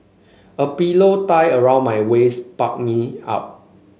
a pillow tied around my waist bulk me up